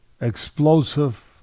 explosive